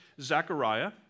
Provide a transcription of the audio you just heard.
Zechariah